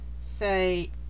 say